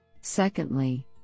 Secondly